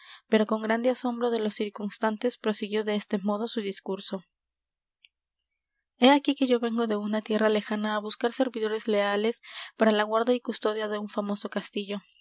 pero con grande asombro de los circunstantes prosiguió de este modo su discurso he aquí que yo vengo de una tierra lejana á buscar servidores leales para la guarda y custodia de un famoso castillo